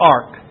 Ark